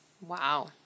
Wow